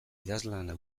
idazlana